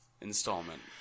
installment